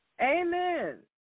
Amen